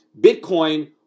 Bitcoin